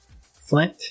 Flint